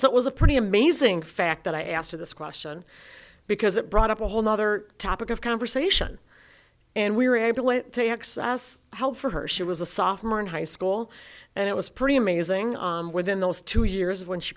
so it was a pretty amazing fact that i asked her this question because it brought up a whole nother topic of conversation and we were able to access help for her she was a sophomore in high school and it was pretty amazing within those two years when she